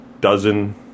dozen